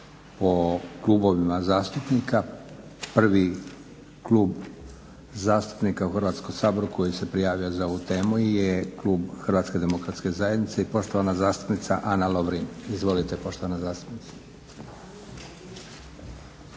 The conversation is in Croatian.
o klubovima zastupnika, prvi klub zastupnika u Hrvatskom saboru koji se prijavio za ovu temu je klub HDZ-a i poštovana zastupnica Ana Lovrin. Izvolite poštovana zastupnice.